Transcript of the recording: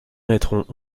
naîtront